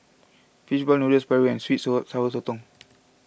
Fish Ball Noodles Paru and Sweet and Sour Sotong